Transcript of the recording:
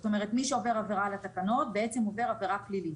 זאת אומרת מי שעובר עבירה על התקנות בעצם עובר עבירה פלילית.